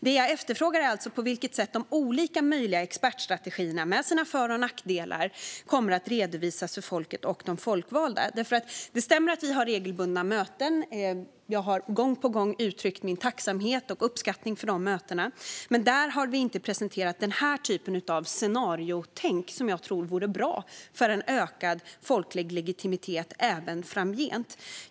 Det jag efterfrågar är alltså på vilket sätt de olika möjliga expertstrategierna och deras för och nackdelar kommer att redovisas för folket och de folkvalda. Det stämmer att vi har regelbundna möten. Jag har gång på gång uttryckt min tacksamhet och uppskattning över dem, men där har vi inte presenterat denna typ av scenariotänk, som jag tror vore bra för en folklig legitimitet även framgent.